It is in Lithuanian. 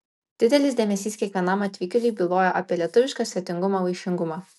didelis dėmesys kiekvienam atvykėliui bylojo apie lietuvišką svetingumą vaišingumą